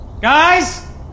Guys